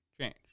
change